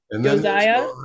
Josiah